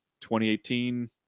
2018